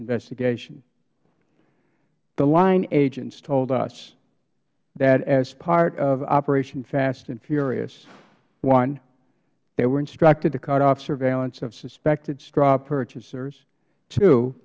investigation the line agents told us that as part of operation fast and furious one they were instructed to cut off surveillance of suspected straw purchasers t